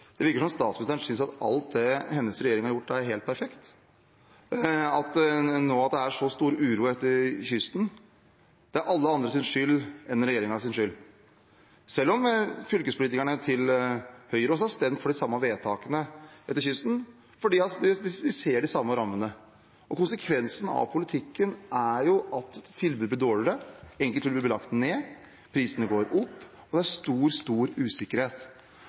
Det virker som om statsministeren synes at alt det hennes regjering har gjort, er helt perfekt. At det nå er så stor uro langs kysten, er alle andres skyld enn regjeringens, selv om fylkespolitikerne fra Høyre også har stemt for de samme vedtakene langs kysten, for de ser de samme rammene. Konsekvensene av politikken er at tilbudet blir dårligere. Enkelte tilbud vil bli lagt ned. Prisene går opp, og det er stor, stor usikkerhet.